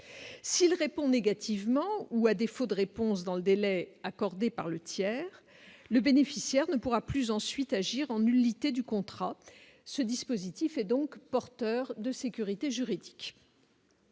s'il répond négativement ou, à défaut de réponse dans le délai accordé par le tiers le bénéficiaire ne pourra plus ensuite agir en nullité du contrat, ce dispositif est donc porteur de sécurité juridique.